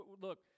look